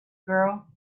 girl